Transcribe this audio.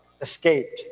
escaped